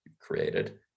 created